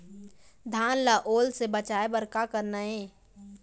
धान ला ओल से बचाए बर का करना ये?